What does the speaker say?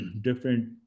different